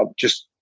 ah just,